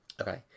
Okay